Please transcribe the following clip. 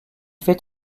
fait